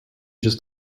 just